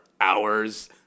hours